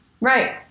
Right